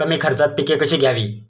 कमी खर्चात पिके कशी घ्यावी?